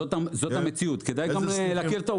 זאת המציאות, כדאי גם להכיר את העובדות.